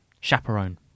chaperone